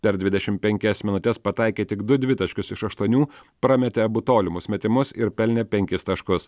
per dvidešim penkias minutes pataikė tik du dvitaškius iš aštuonių prametė abu tolimus metimus ir pelnė penkis taškus